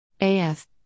AF